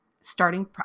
starting